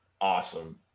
awesome